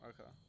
Okay